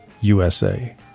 USA